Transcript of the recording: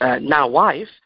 now-wife